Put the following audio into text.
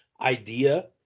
idea